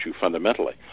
fundamentally